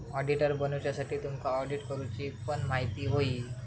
auditor बनुच्यासाठी तुमका audit करूची पण म्हायती होई